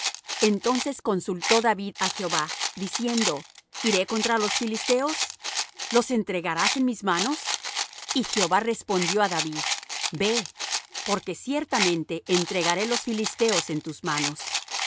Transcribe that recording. entonces consultó david á jehová diciendo iré contra los filisteos los entregarás en mis manos y jehová respondió á david ve porque ciertamente entregaré los filisteos en tus manos